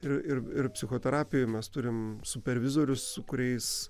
ir ir ir psichoterapijoj mes turime supervizorius su kuriais